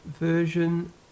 version